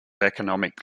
economic